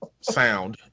sound